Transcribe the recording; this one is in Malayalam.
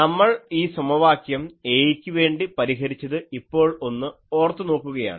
നമ്മൾ ഈ സമവാക്യം A യ്ക്കുവേണ്ടി പരിഹരിച്ചത് ഇപ്പോൾ ഒന്ന് ഓർത്തു നോക്കുകയാണ്